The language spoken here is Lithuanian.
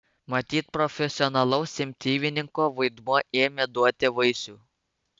matyt profesionalaus imtynininko vaidmuo ėmė duoti vaisių